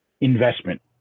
investment